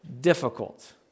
difficult